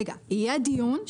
יהיה דיון.